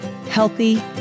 healthy